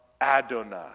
Adonai